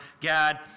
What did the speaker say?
Gad